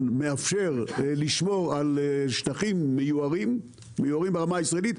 מאפשר לשמור על שטחים מיוערים ברמה הישראלית,